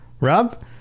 Rob